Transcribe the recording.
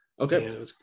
Okay